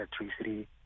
electricity